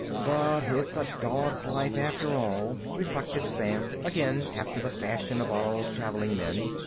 but it's a dog's life, after all, reflected sam, again after the fashion of all traveling men.